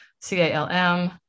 c-a-l-m